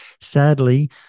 sadly